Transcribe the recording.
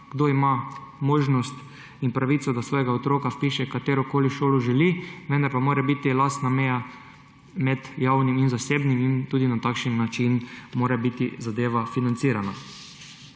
kdor ima možnost in pravico, da svojega otroka vpiše v katerokoli šolo želi, vendar pa mora biti jasna meja med javnim in zasebnim in tudi na takšen način mora biti zadeva financirana.